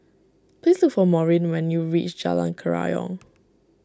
please look for Maureen when you reach Jalan Kerayong